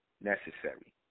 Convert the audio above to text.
necessary